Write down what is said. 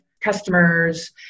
customers